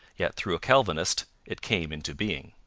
yet through a calvinist it came into being.